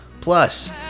Plus